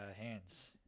hands